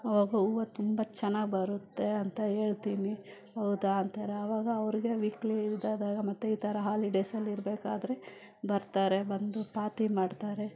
ಅವಾಗ ಹೂವು ತುಂಬ ಚೆನ್ನಾಗಿ ಬರುತ್ತೆ ಅಂತ ಹೇಳ್ತೀನಿ ಹೌದಾ ಅಂತಾರ ಅವಾಗ ಅವರಿಗೆ ವೀಕಲ್ಲಿ ಇದಾದಾಗ ಮತ್ತೆ ಈ ಥರ ಹಾಲಿಡೇಸಲ್ಲಿ ಇರಬೇಕಾದ್ರೆ ಬರ್ತಾರೆ ಬಂದು ಪಾತಿ ಮಾಡ್ತಾರೆ